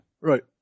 Right